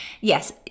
yes